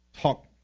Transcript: talk